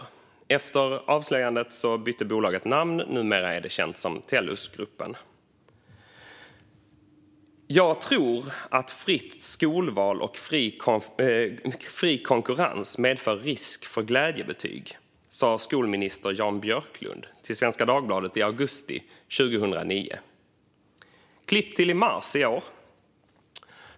Efter avslöjandet bytte bolaget namn. Numera är det känt som Tellusgruppen. "Jag tror att fritt skolval och fri konkurrens medför risk för glädjebetyg", sa skolminister Jan Björklund till Svenska Dagbladet i augusti 2009. Klipp till i mars i år.